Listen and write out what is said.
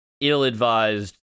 ill-advised